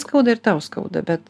skauda ir tau skauda bet